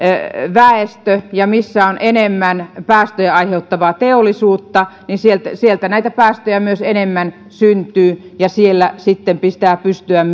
väestö ja missä on enemmän päästöjä aiheuttavaa teollisuutta näitä päästöjä myös enemmän syntyy ja siellä myöskin pitää pystyä